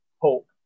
hope